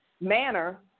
manner